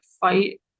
fight